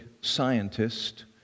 scientist